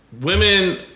women